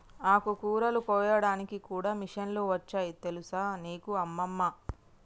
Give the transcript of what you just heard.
ఆకుకూరలు కోయడానికి కూడా మిషన్లు వచ్చాయి తెలుసా నీకు అమ్మమ్మ